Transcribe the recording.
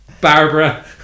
Barbara